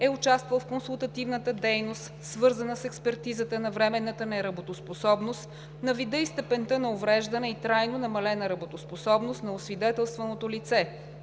е участвал в консултативната дейност, свързана с експертизата на временната неработоспособност, на вида и степента на увреждане и трайно намалената работоспособност на освидетелстваното лице;